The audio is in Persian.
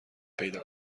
پیدا